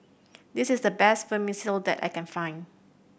this is the best Vermicelli that I can find